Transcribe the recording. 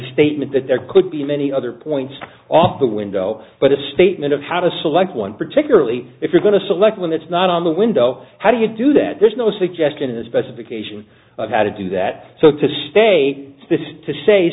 statement that there could be many other points off the window but a statement of how to select one particularly if you're going to select one that's not on the window how do you do that there's no suggestion in a specification of how to do that so to sta